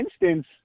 instance